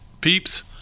peeps